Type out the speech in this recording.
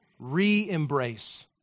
re-embrace